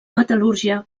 metal·lúrgia